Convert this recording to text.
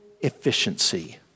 efficiency